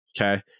okay